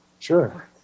Sure